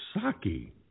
Saki